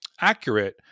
accurate